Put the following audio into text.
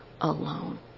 alone